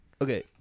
Okay